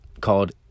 called